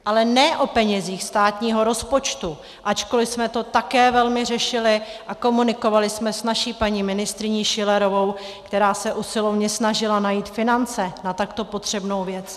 Ale ne o penězích státního rozpočtu, ačkoliv jsme to také velmi řešili a komunikovali jsme s naší paní ministryní Schillerovou, která se usilovně snažila najít finance na takto potřebnou věc.